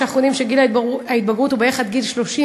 כשאנחנו יודעים שגיל ההתבגרות הוא בערך עד גיל 30,